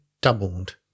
doubled